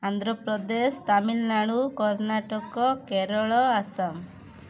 Andhra Pradesh Tamil Nadu Karnataka Kerala Assam